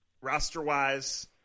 roster-wise